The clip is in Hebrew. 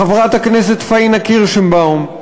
חברת הכנסת פאינה קירשנבאום,